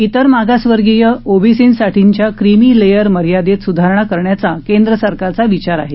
त्विर मागासवर्गीय ओबीसींसाठीच्या क्रिमीलेयर मर्यादेत सुधारणा करण्याचा केन्द्र सरकारचा विचार आहे